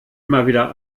immer